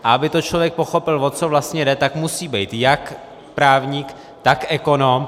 A aby to člověk pochopil, o co vlastně jde, tak musí být jak právník, tak ekonom.